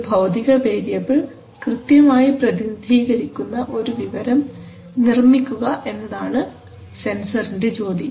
ഒരു ഭൌതിക വേരിയബിൾ കൃത്യമായി പ്രതിനിധീകരിക്കുന്ന ഒരു വിവരം നിർമ്മിക്കുക എന്നതാണ് സെൻസറിനൻറെ ജോലി